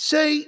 Say